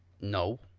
No